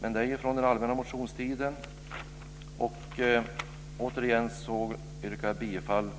Men de är ju från den allmänna motionstiden. Återigen yrkar jag bifall